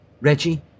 Reggie